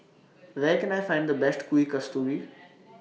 Where Can I Find The Best Kuih Kasturi